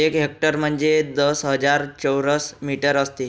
एक हेक्टर म्हणजे दहा हजार चौरस मीटर असते